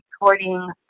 recording